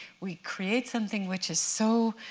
we create something which has so